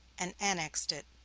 and annexed it,